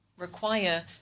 require